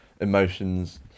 emotions